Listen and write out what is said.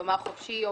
כלומר חופשי יומי,